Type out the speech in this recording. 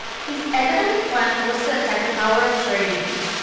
his economic plan was to attack the power of trade unions,